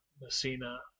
messina